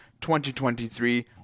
2023